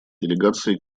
делегации